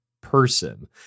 person